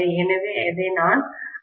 எனவே இது தான் IC